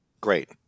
Great